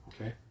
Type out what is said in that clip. Okay